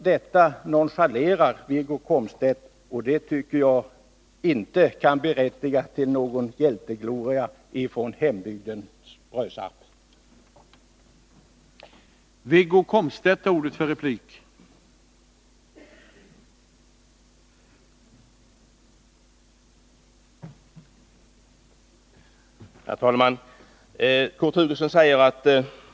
Detta nonchalerar Wiggo Komstedt, och det tycker jag inte kan berättiga till någon hjältegloria från hembygden Brösarp.